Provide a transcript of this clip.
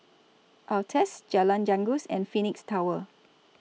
Altez Jalan Janggus and Phoenix Tower